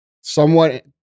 somewhat